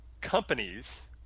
companies